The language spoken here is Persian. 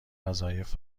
وظایف